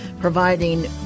providing